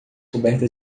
coberta